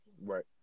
right